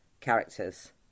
characters